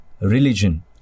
religion